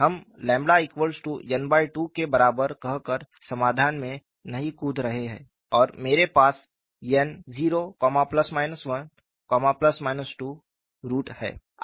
हम n2 के बराबर कहकर समाधान में नहीं कूद रहे हैं और मेरे पास n 01 2 रूट हैं